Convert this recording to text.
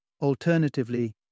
Alternatively